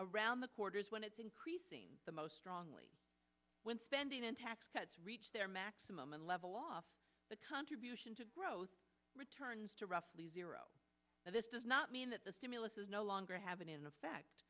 around the quarters when it's increasing the most strongly when spending and tax cuts reach their maximum and level off the contribution to growth returns to roughly zero but this does not mean that the stimulus is no longer have been in effect